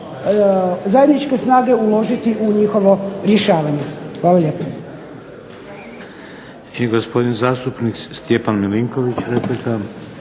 zajedničke snage uložiti u njihovo rješavanje. Hvala lijepa.